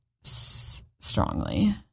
strongly